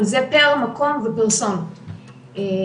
אבל זה פר מקום ופרסון ובעצם,